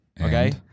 Okay